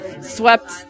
swept